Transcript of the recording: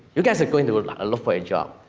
you guys are going to look for a job.